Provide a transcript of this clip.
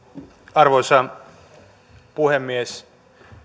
arvoisa puhemies